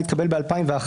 התקבל ב-2001,